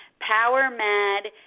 power-mad